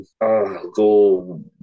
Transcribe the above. Go